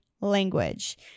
Language